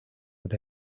with